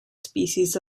species